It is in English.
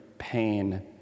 pain